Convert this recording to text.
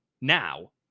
now